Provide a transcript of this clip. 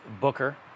Booker